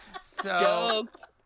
Stoked